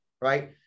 right